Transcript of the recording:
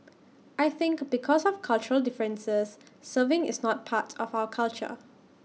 I think because of cultural differences serving is not part of our culture